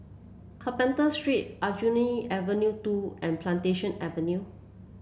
Carpenter Street Aljunied Avenue Two and Plantation Avenue